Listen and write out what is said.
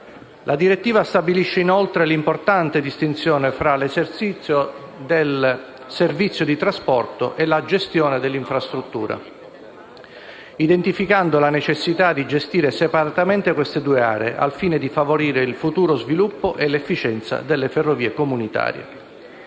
La direttiva stabilisce, inoltre, l'importante distinzione fra l'esercizio dei servizi di trasporto e la gestione dell'infrastruttura, identificando la necessità di gestire separatamente queste due aree, al fine di favorire il futuro sviluppo e l'efficienza delle ferrovie comunitarie.